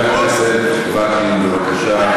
חבר הכנסת וקנין, בבקשה.